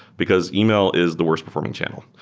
because email is the worst performing channel.